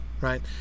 right